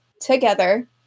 together